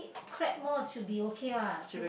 crab more should be okay what don't